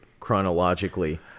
chronologically